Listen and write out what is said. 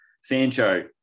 Sancho